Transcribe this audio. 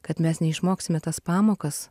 kad mes neišmoksime tas pamokas